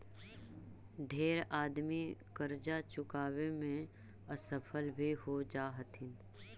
ढेर आदमी करजा चुकाबे में असफल भी हो जा हथिन